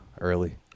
early